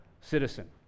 citizen